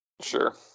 sure